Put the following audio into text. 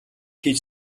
хийж